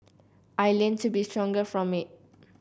I learnt to be stronger from it